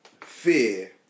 fear